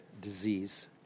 disease